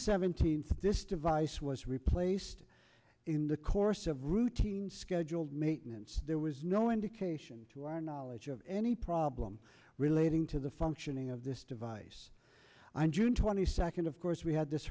seventeenth this device was replaced in the course of routine scheduled maintenance there was no indication to our knowledge of any problem relating to the functioning of this device and june twenty second of course we had this